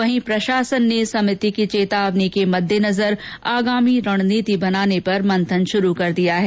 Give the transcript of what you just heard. वहीं प्रशासन ने समिति की चेतावनी के मद्देनजर आगामी रणनीति बनाने पर मंथन शुरू कर दिया है